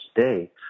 today